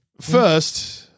First